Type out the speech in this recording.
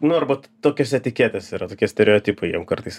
nu arba t tokios etiketės yra tokie stereotipai jiem kartais